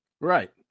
right